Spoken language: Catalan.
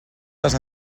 les